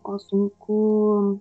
o sunku